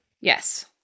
Yes